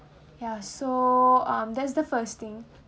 ya so um that's the first thing